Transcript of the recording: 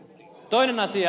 toinen asia